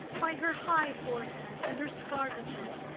by her high forehead and her scarlet lip,